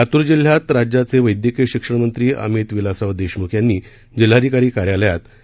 लातूर जिल्ह्यात राज्याचे वैद्यकीय शिक्षणमंत्री अमित विलासराव देशमुख यांनी जिल्हाधिकारी कार्यालयात डॉ